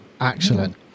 excellent